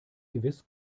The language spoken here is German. gewiss